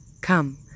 Come